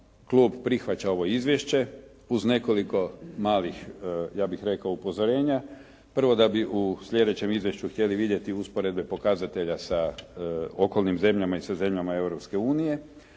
klub prihvaća ovo izvješće uz nekoliko malih upozorenje. Prvo da bi u slijedećem izvješću htjeli vidjeti usporedbe pokazatelja sa okolnim zemljama i sa zemljama